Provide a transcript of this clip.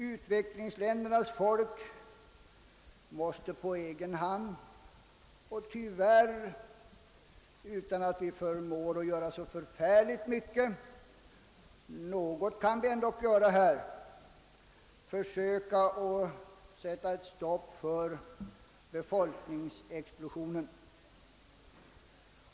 Utvecklingsländernas folk måste på egen hand — tyvärr utan satt vi förmår göra så särdeles mycket; något kan vi ändock göra — försöka att sätta ett stopp för befolkningsexplosionen.